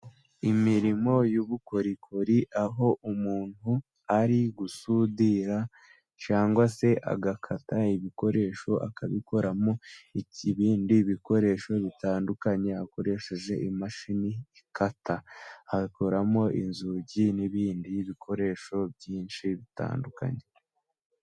Imirimo y'ubukorikori aho umuntu ari gusudira cyangwa se agakata ibikoresho akabikoramo ikibindi bikoresho bitandukanye akoresheje imashini ikata, akoramo inzugi n'ibindi bikoresho byinshi bitandukanye.